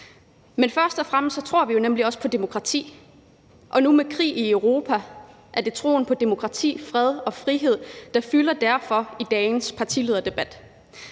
Men først og fremmest tror vi nemlig også på demokrati, og nu med krig i Europa er det troen på demokrati, fred og frihed, der fylder i dagens partilederdebat.